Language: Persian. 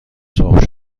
سرخ